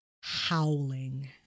howling